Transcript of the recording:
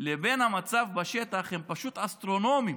לבין המצב בשטח הם פשוט אסטרונומיים.